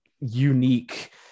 unique